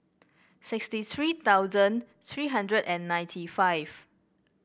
sixty three thousand three hundred and ninety five